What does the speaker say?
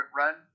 run